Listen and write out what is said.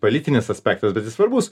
politinis aspektas bet jis svarbus